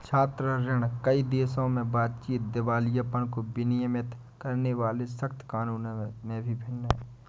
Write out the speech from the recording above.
छात्र ऋण, कई देशों में बातचीत, दिवालियापन को विनियमित करने वाले सख्त कानूनों में भी भिन्न है